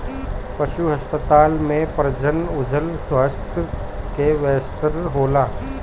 पशु अस्पताल में प्रजनन अउर स्वास्थ्य के व्यवस्था होला